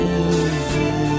easy